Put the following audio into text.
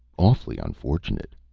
awfully unfortunate!